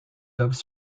doves